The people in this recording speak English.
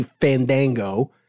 Fandango